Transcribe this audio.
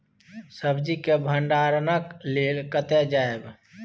सब्जी के भंडारणक लेल कतय जायब?